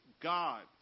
God